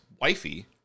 Wifey